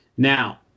Now